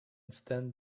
stand